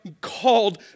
called